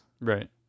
Right